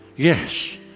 Yes